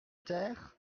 taire